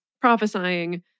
prophesying